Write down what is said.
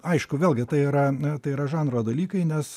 aišku vėlgi tai yra na tai yra žanro dalykai nes